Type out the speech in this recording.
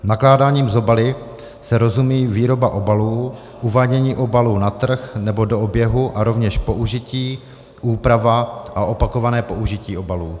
Nakládáním s obaly se rozumí výroba obalů, uvádění obalů na trh nebo do oběhu a rovněž použití, úprava a opakované použití obalů.